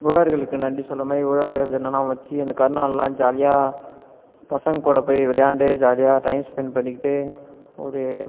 உழவர்களுக்கு நன்றி சொல்கிற மாதிரி உழவர்கள் தினம் எல்லாம் வச்சு அந்த கனுநாள்லாம் ஜாலியாக பசங்கள் கூட போய் விளையாண்டு ஜாலியாக டைம் ஸ்பென் பண்ணிக்கிட்டு ஒரு